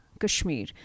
Kashmir